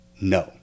no